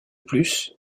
plus